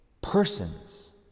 persons